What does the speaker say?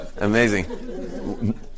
Amazing